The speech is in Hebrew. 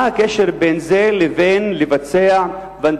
מה הקשר בין זה לבין זה לבין לבצע ונדליזם?